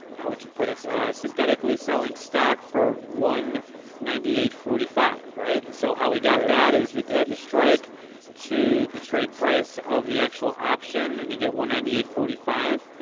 how would you put it dies synthetically selling stock. for one ninety eight forty five right and so how we got that is with at the strike to the trade price of the actual option and you get one ninety eight forty five.